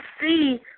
see